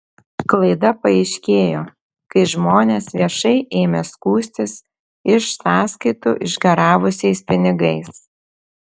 klaida paaiškėjo kai žmonės viešai ėmė skųstis iš sąskaitų išgaravusiais pinigais